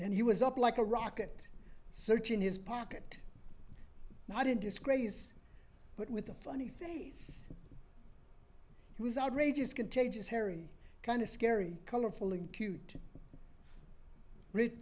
then he was up like a rocket searching his pocket not in disgrace but with a funny face it was outrageous contagious hairy kind of scary colorful and cute rich